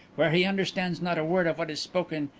where he understands not a word of what is spoken,